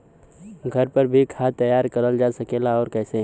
घर पर भी खाद तैयार करल जा सकेला और कैसे?